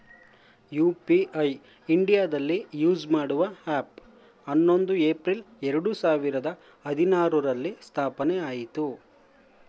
UPI ಇಂಡಿಯಾದಲ್ಲಿ use ಮಾಡುವ app ಹನ್ನೊಂದು ಏಪ್ರಿಲ್ ಎರಡು ಸಾವಿರದ ಹದಿನಾರುರಲ್ಲಿ ಸ್ಥಾಪನೆಆಯಿತು